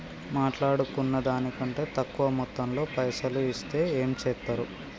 మాట్లాడుకున్న దాని కంటే తక్కువ మొత్తంలో పైసలు ఇస్తే ఏం చేత్తరు?